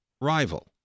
rival